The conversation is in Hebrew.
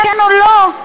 כן או לא,